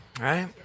right